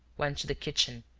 went to the kitchen,